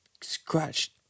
scratched